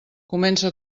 comença